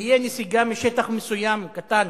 תהיה נסיגה משטח מסוים, קטן,